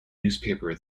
newspaper